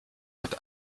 hat